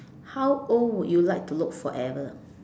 how old would you like to look forever